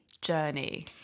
journey